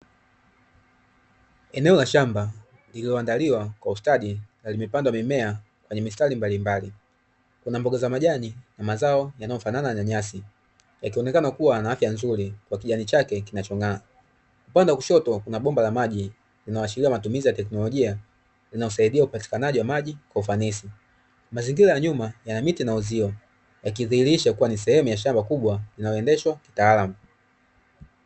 Eneo la shamba lililoandaliwa kwa ustadi, na limepandwa mimea kwenye mistari mbalimbali. Kuna mboga za majani na mazao yanayofanana na nyasi yakionekana kuwa na afya nzuri kwa kijani chake kinachong'aa. Upande wa kushoto kuna bomba la maji linaloashiria matumizi ya teknolojia linalosaidia upatikanaji wa maji kwa ufanisi, mazingira ya nyuma yana miti na uzio yakidhiirisha ni sehemu ya shamba kubwa linaloendeshwa kitaalamu.